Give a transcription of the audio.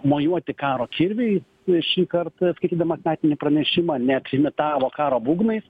mojuoti karo kirviai ir šį kartą skaitydamas metinį pranešimą netrimitavo karo būgnais